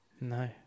no